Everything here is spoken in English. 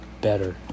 better